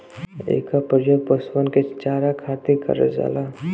एकर परियोग पशुअन के चारा खातिर करल जाला